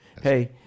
Hey